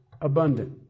abundant